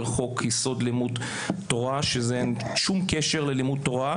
חוק יסוד: לימוד תורה שאין לזה שום קשר ללימוד תורה,